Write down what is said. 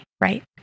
right